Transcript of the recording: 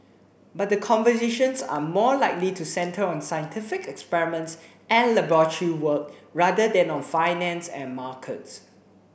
but the conversations are more likely to centre on scientific experiments and laboratory work rather than on finance and markets